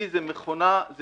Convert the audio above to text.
T זה מכונה